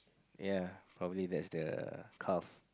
yea probably that's the cuff